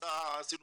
ועשינו